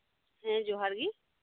ᱦᱮᱸ ᱡᱚᱦᱟᱨ ᱜᱮ